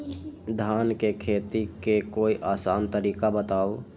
धान के खेती के कोई आसान तरिका बताउ?